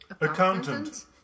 Accountant